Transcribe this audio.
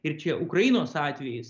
ir čia ukrainos atvejis